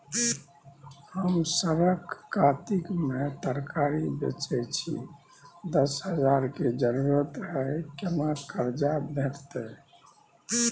हम सरक कातिक में तरकारी बेचै छी, दस हजार के जरूरत हय केना कर्जा भेटतै?